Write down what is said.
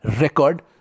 record